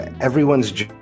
everyone's